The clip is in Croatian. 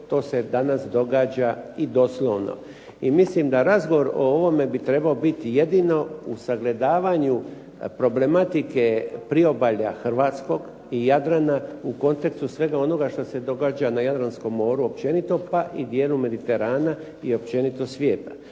To se danas događa i doslovno i mislim da razgovor o ovome bi trebao biti jedino u sagledavanju problematike priobalja hrvatskog i Jadrana u kontekstu svega onoga što se događa na Jadranskom moru općenito, pa i dijelu Mediterana i općenito svijeta,